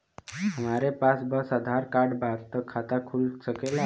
हमरे पास बस आधार कार्ड बा त खाता खुल सकेला?